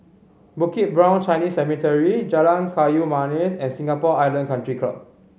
Bukit Brown Chinese Cemetery Jalan Kayu Manis and Singapore Island Country Club